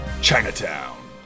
Chinatown